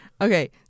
Okay